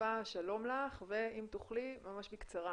חיפה שלום, אם תוכלי ממש בקצרה.